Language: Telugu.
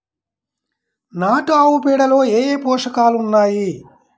నాటు ఆవుపేడలో ఏ ఏ పోషకాలు ఉన్నాయి?